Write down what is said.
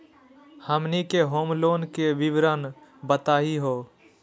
हमनी के home loan के विवरण बताही हो?